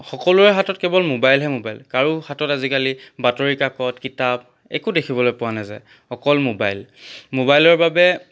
সকলোৰে হাতত কেৱল মোবাইলহে মোবাইল কাৰো হাতত আজিকালি বাতৰি কাকত কিতাপ একো দেখিবলৈ পোৱা নাযায় অকল মোবাইল মোবাইলৰ বাবে